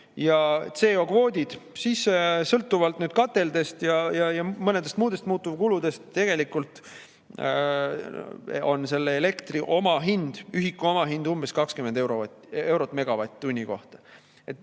ja CO2‑kvoodid, siis sõltuvalt kateldest ja mõnedest muudest muutuvkuludest on selle elektri omahind, ühiku omahind umbes 20 eurot megavatt-tunni kohta.